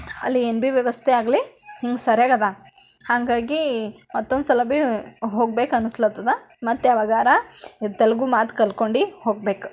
ಅಲ್ಲಿ ಏನು ಭೀ ವ್ಯವಸ್ಥೆ ಆಗಲಿ ಹಿಂಗೆ ಸರಿಯಾಗಿದೆ ಹಾಗಾಗಿ ಮತ್ತೊಂದ್ಸಲ ಭೀ ಹೋಗ್ಬೇಕು ಅನಿಸ್ಲತ್ತದ ಮತ್ತು ಯಾವಗಾರ ತೆಲುಗು ಮಾತು ಕಲ್ತ್ಕೊಂಡು ಹೋಗ್ಬೇಕು